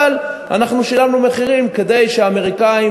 אבל אנחנו שילמנו מחירים כדי שהאמריקנים